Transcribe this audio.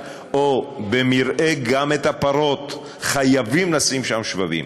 או במרעה, גם את הפרות, חייבים לשים שם שבבים,